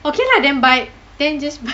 okay lah then buy then just buy